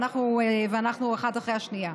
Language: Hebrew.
ואנחנו אחת אחרי השנייה.